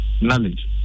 knowledge